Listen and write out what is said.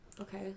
Okay